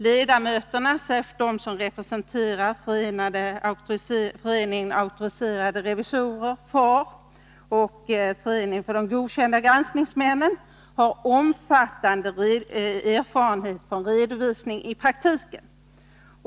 Ledamöterna, särskilt de som representerar Föreningen Auktoriserade Revisorer, FAR, och de godkända granskningsmännen, har omfattande erfarenhet från redovisning i praktiken.